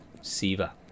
SIVA